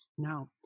Now